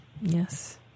Yes